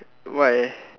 what